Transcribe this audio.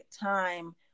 time